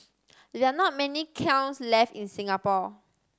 there are not many kilns left in Singapore